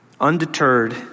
Undeterred